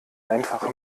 einfach